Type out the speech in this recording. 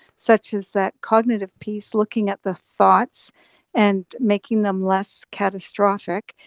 such as that cognitive piece, looking at the thoughts and making them less catastrophic.